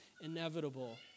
inevitable